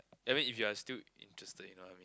I mean if you are still interested you know what I mean